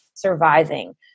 surviving